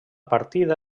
partida